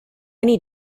need